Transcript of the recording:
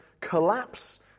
collapse